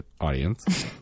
audience